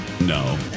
No